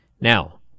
Now